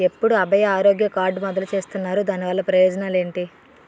ఎప్పుడు అభయ ఆరోగ్య కార్డ్ మొదలు చేస్తున్నారు? దాని వల్ల ప్రయోజనాలు ఎంటి?